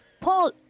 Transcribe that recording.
Paul